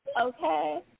okay